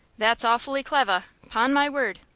that's awfully clevah, pon my word.